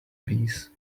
bees